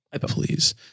please